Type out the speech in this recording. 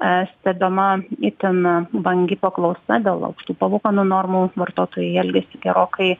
es te de man itin vangi paklausa dėl aukštų palūkanų normų vartotojai elgiasi gerokai